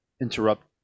interrupt